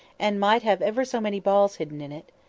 and might have ever so many balls hidden in it.